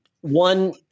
one